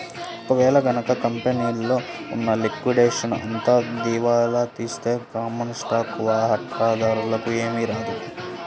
ఒక వేళ గనక కంపెనీలో ఉన్న లిక్విడేషన్ అంతా దివాలా తీస్తే కామన్ స్టాక్ వాటాదారులకి ఏమీ రాదు